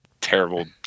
terrible